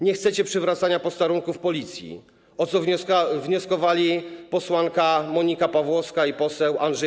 Nie chcecie przywracania posterunków policji, o co wnioskowali posłanka Monika Pawłowska i poseł Andrzej